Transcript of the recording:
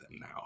now